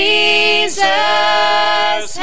Jesus